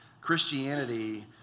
Christianity